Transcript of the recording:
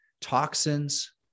toxins